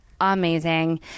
amazing